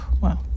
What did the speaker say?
Wow